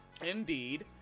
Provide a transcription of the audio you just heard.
indeed